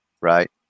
right